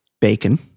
Bacon